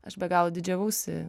aš be galo didžiavausi